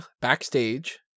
Backstage